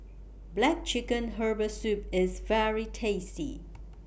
Black Chicken Herbal Soup IS very tasty